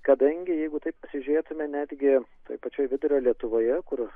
kadangi jeigu taip žiūrėtume netgi toj pačioj vidurio lietuvoje kur